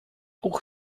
auch